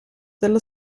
dello